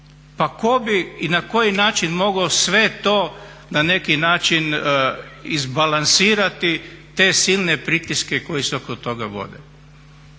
Pa tko bi i na koji način mogao sve to na neki način izbalansirati te silne pritiske koji se oko toga vode.